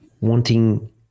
wanting